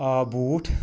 آ بوٗٹھ